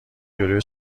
جلوی